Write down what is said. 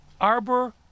Arbor